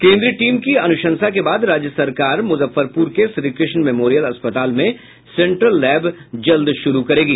केंद्रीय टीम की अनुशंसा के बाद राज्य सरकार मुजफ्फरपुर के श्रीकृष्ण मेमोरियल अस्पताल में सेंट्रल लैब जल्द शुरू करेगी